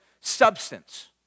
substance